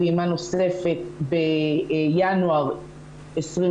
פעימה נוספת בינואר 2021